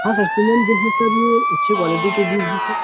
हाँ सर अच्छी क्वालिटी के बीज हैं सर